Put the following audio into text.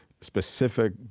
specific